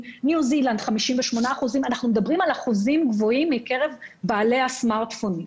בניו זילנד 58%. מדובר על אחוזים גבוהים מקרב בעלי הסמארטפונים.